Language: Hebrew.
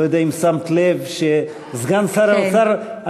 לא יודע אם שמת לב שסגן שר האוצר,